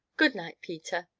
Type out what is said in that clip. good night, peter!